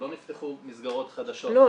לא נפתחו מסגרות חדשות -- לא,